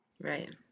Right